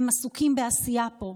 הם עסוקים בעשייה פה.